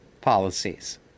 policies